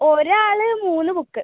ഒരാള് മൂന്ന് ബുക്ക്